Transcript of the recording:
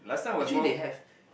actually they have